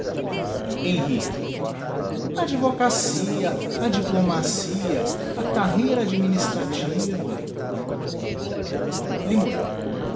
a advocacia a diplomacia a carreira administrativa limoeiro